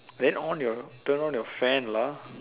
then on your turn on your fan lah